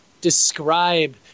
describe